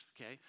okay